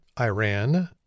Iran